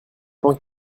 temps